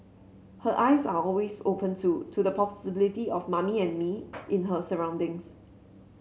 her eyes are always open too to the possibility of mummy and me in her surroundings